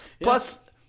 Plus